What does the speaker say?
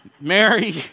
Mary